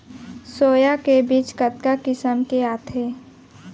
Soya के बीज कतका किसम के आथे?